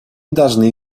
должны